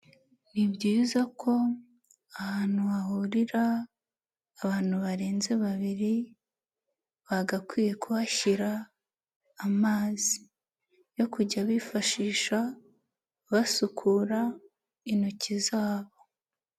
Ni byiza ko ahantu hahurira abantu barenze babiri bagakwiye kuhashyira amazi yo kujya bifashisha basukura intoki zabo.